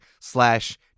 slash